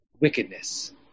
wickedness